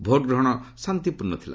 ଭୋଟ୍ଗ୍ରହଣ ଶାନ୍ତିପୂର୍ଣ୍ଣ ଥିଲା